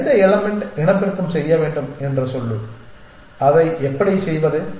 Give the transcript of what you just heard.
எந்த எலமென்ட் இனப்பெருக்கம் செய்ய வேண்டும் என்று சொல்லும் அதை எப்படி செய்வது